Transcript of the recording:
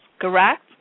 correct